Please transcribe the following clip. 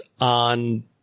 on